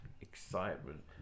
excitement